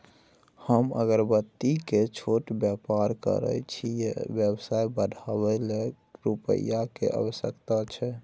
हम अगरबत्ती के छोट व्यापार करै छियै व्यवसाय बढाबै लै रुपिया के आवश्यकता छै?